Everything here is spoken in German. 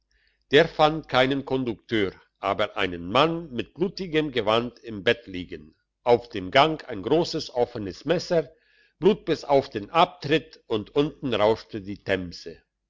der fand keinen kondukteur aber einen mann mit blutigem gewand im bett liegen auf dem gang ein grosses offenes messer blut bis auf den abtritt und unten rauschte die themse